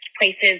places